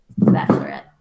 Bachelorette